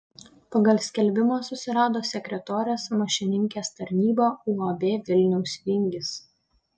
pagal skelbimą susirado sekretorės mašininkės tarnybą uab vilniaus vingis